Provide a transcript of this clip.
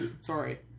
sorry